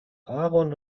aaron